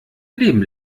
leben